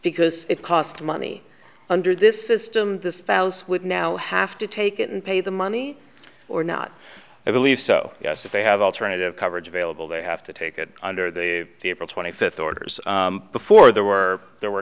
because it cost money under this system this foust would now have to take it and pay the money or not i believe so yes if they have alternative coverage available they have to take it under the table twenty fifth orders before there were there were